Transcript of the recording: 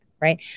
right